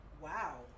Wow